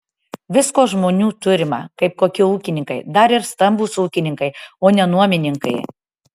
visko žmonių turima kaip kokie ūkininkai dar ir stambūs ūkininkai o ne nuomininkai